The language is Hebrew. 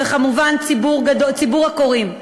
וכמובן ציבור הקוראים.